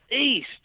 east